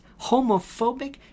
homophobic